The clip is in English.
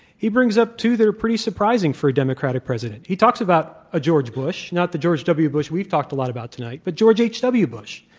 he brings up two that are pretty surprising for a democratic president. he talks about a george bush not the george w. bush we've talked a lot about tonight, but george h. w. bush.